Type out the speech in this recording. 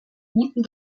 guten